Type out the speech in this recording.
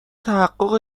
تحقق